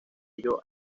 ello